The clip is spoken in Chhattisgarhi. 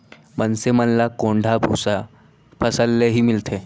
मनसे मन ल कोंढ़ा भूसा फसल ले ही मिलथे